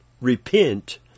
repent